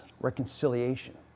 reconciliation